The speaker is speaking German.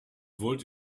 wollt